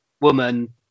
woman